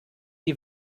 die